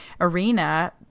arena